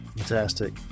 Fantastic